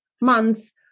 months